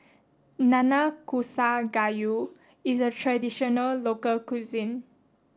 Nanakusa Gayu is a traditional local cuisine